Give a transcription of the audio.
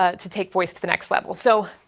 ah to take voice to the next level. so,